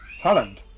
Holland